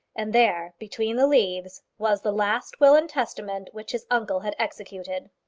and there between the leaves was the last will and testament which his uncle had executed.